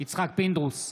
יצחק פינדרוס,